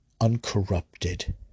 uncorrupted